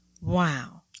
Wow